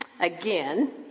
Again